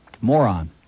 moron